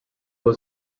was